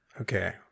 Okay